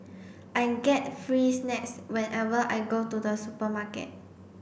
I get free snacks whenever I go to the supermarket